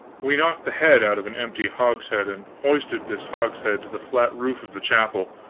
we knocked the head out of an empty hogshead and hoisted this hogshead to the flat roof of the chapel,